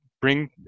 bring